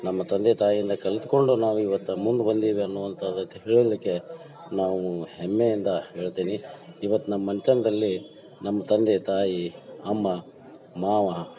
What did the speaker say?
ನಮ್ಮ ತಂದೆ ತಾಯಿಂದ ಕಲ್ತುಕೊಂಡು ನಾವು ಇವತ್ತು ಮುಂದೆ ಬಂದೀವಿ ಅನ್ನುವಂಥ ಹೇಳಲಿಕ್ಕೆ ನಾವೂ ಹೆಮ್ಮೆಯಿಂದ ಹೇಳ್ತೀನಿ ಇವತ್ತು ನಮ್ಮ ಮನೆತನ್ದಲ್ಲಿ ನಮ್ಮ ತಂದೆ ತಾಯಿ ಅಮ್ಮ ಮಾವ